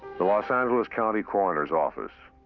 the los angeles county coroner's office.